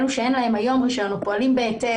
אלו שאין להם היו רישיון או פועלים בהיתר